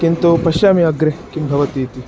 किन्तु पश्यामि अग्रे किं भवति इति